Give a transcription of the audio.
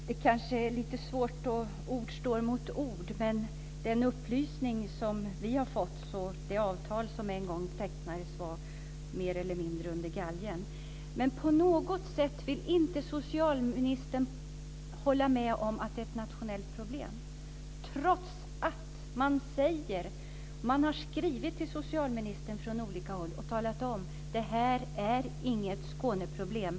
Fru talman! Ord står mot ord. Den upplysning som vi har fått är att avtalet en gång tecknades mer eller mindre under galgen. Socialministern vill inte hålla med om att det är ett nationellt problem, trots att man har skrivit till socialministern från olika håll och talat om att det inte är något Skåneproblem.